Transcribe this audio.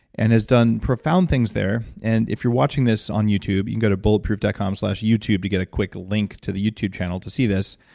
and has done profound things there. and if you're watching this on youtube, you can go to bulletproof dot com slash youtube to get a quick link to the youtube channel to see this.